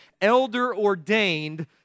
elder-ordained